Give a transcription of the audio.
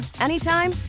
anytime